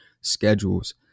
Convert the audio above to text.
schedules